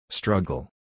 Struggle